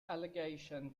allegation